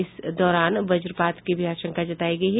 इस दौरान वज्रपात की भी आशंका जतायी गयी है